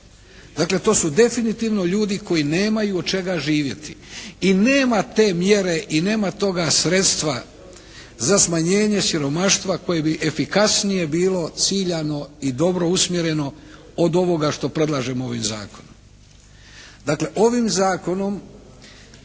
Dakle to su definitivno ljudi koji nemaju od čega živjeti. I nema te mjere i nema toga sredstva za smanjenje siromaštva koje bi efikasnije bilo ciljano i dobro usmjereno od ovoga što predlažemo ovim zakonom.